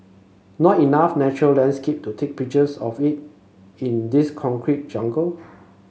not enough natural landscape to take pictures of it in this concrete jungle